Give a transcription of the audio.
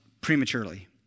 prematurely